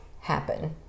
happen